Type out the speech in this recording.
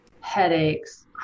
headaches